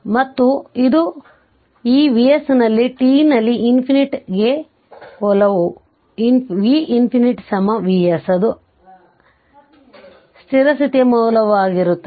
ಮತ್ತು ಇದು ಮತ್ತೆ ಈ Vs ನಲ್ಲಿದೆ t ನಲ್ಲಿ ∞ at t ಗೆ ಒಲವು ∞ V ∞ Vs ಅದು ಸ್ಥಿರ ಸ್ಥಿತಿಯ ಮೌಲ್ಯವಾಗಿರುತ್ತದೆ